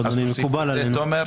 מקובל עלינו.